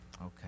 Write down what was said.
okay